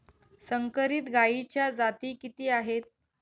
संकरित गायीच्या जाती किती आहेत?